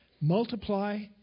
multiply